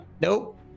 Nope